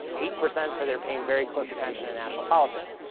eight percent say they're paying very close attention to national politics.